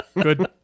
good